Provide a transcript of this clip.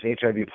HIV